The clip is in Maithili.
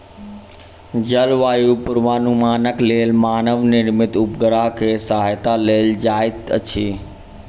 जलवायु पूर्वानुमानक लेल मानव निर्मित उपग्रह के सहायता लेल जाइत अछि